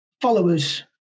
followers